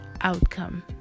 outcome